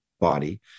body